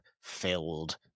filled